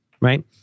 right